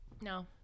No